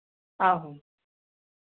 आहो